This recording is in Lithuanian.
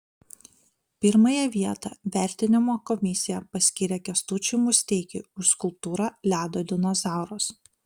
pirmąją vietą vertinimo komisija paskyrė kęstučiui musteikiui už skulptūrą ledo dinozauras